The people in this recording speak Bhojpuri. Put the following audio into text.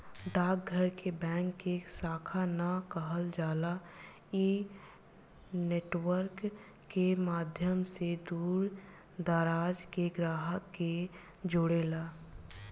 डाक घर के बैंक के शाखा ना कहल जाला इ नेटवर्क के माध्यम से दूर दराज के ग्राहक के जोड़ेला